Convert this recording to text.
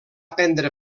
prendre